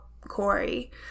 Corey